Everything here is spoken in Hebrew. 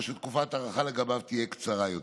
או שתקופת ההארכה לגביו תהיה קצרה יותר.